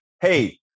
Hey